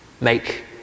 make